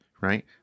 right